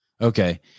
Okay